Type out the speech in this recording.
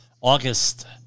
August